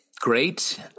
great